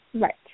Right